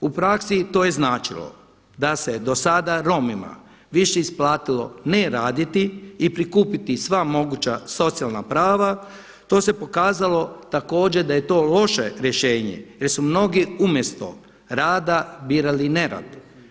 U praksi to je značilo da se do sada Romima više isplatilo ne raditi i prikupiti sva moguća socijalne prava, to se pokazalo također da to loše rješenje jer su mnogi umjesto rada birali ne rad.